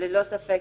ללא ספק,